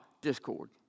discord